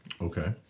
Okay